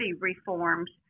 reforms